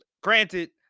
granted